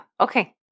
Okay